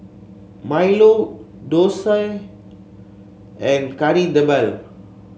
milo dosa and Kari Debal